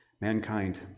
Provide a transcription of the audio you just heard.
mankind